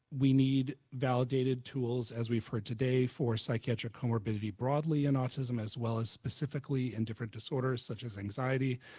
we need validated tools as we heard today for psychiatric co morbidity broadly in autism as well as specifically and different disorders such as anxiety,